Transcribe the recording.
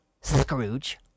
Scrooge